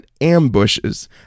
ambushes